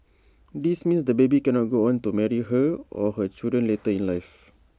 this means the baby cannot go on to marry her or her children later in life